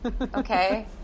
okay